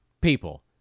people